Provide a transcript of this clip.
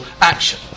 action